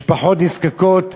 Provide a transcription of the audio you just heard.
משפחות נזקקות,